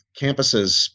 campuses